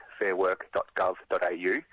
fairwork.gov.au